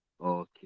okay